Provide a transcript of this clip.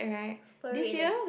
super red leh